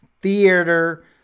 Theater